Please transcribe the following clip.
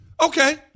Okay